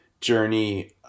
journey